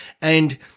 And-